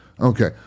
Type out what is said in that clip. Okay